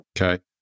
Okay